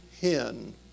hen